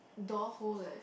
door hole leh